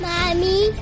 Mommy